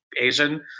asian